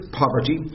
poverty